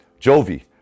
Jovi